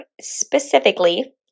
specifically